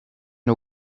nhw